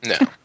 No